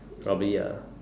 probably a